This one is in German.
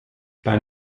beim